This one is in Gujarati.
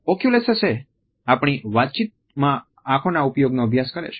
ઓક્યુલેસીક્સએ આપણી વાતચીતમાં આંખોના ઉપયોગનો અભ્યાસ કરે છે